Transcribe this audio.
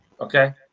Okay